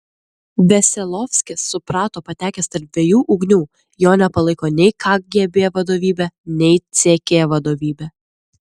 veselovskis suprato patekęs tarp dviejų ugnių jo nepalaiko nei kgb vadovybė nei ck vadovybė